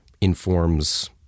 informs